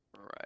Right